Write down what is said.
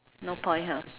no point ha